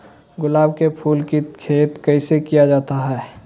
गुलाब के फूल की खेत कैसे किया जाता है?